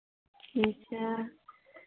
अच्छा